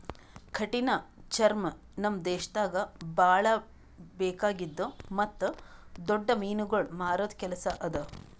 ಕಠಿಣ ಚರ್ಮ ನಮ್ ದೇಶದಾಗ್ ಭಾಳ ಬೇಕಾಗಿದ್ದು ಮತ್ತ್ ದೊಡ್ಡ ಮೀನುಗೊಳ್ ಮಾರದ್ ಕೆಲಸ ಅದಾ